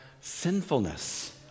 sinfulness